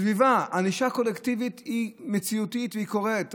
הסביבה, ענישה קולקטיבית היא מציאותית והיא קורית.